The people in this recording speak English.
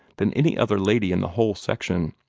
than any other lady in the whole section.